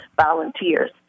volunteers